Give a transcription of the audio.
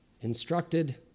instructed